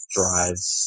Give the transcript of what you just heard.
drives